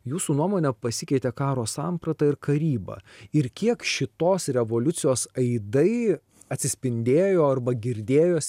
jūsų nuomone pasikeitė karo samprata ir karyba ir kiek šitos revoliucijos aidai atsispindėjo arba girdėjosi